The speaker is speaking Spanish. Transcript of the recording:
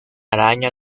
araña